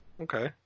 Okay